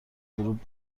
غروب